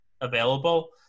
available